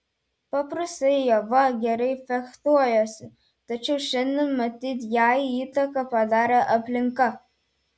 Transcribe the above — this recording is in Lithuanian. paprastai ieva gerai fechtuojasi tačiau šiandien matyt jai įtaką padarė aplinka